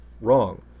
Wrong